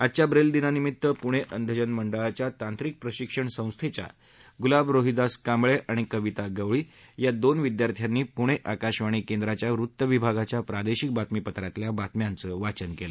आजच्या ब्रेल दिनानिमीत्त पुणे अंधजन मंडळाच्या तांत्रिक प्रशिक्षण संस्थेच्या गुलाब रोहिदास कांबळे आणि कविता गवळी दोन विद्यार्थ्यांनी पुणे आकाशवाणी केंद्राच्या वृत्तविभागाच्या प्रादेशिक बातमीपत्रातल्या बातम्यांचं वाचन केलं